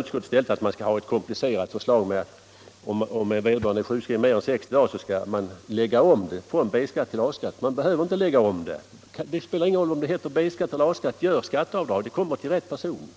Utskottet förordar i stället ett komplicerat förslag, som går ut på att om vederbörande är sjukskriven mer än sextio dagar skall man lägga om från B till A-skatt. Men man behöver inte lägga om någonting. Det spelar ingen roll om det heter B-skatt eller A-skatt. Gör skatteavdrag bara! Det kommer alltid till rätt person.